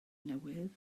newydd